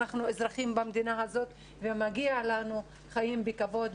אנחנו אזרחים במדינה הזאת ומגיע לנו חיים בכבוד,